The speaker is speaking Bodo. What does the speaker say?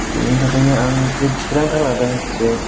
बेनि थाखायनो आं जे थिरांथा लादों जे